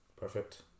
Perfect